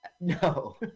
No